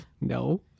No